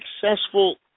successful